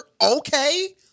Okay